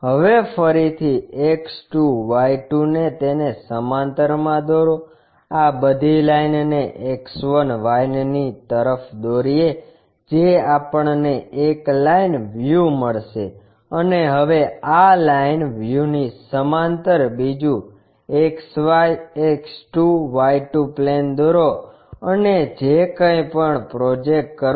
હવેફરીથી X2 Y2 તેને સમાંતર મા દોરો આ બધી લાઈનને X1 Y1 ની તરફ દોરીએ જે આપણને એક લાઈન વ્યૂ મળશે અને હવે આ લાઈન વ્યૂની સમાંતર બીજું XY X2 Y2 પ્લેન દોરો અને જે કંઇ પણ પ્રોજેક્ટ કરો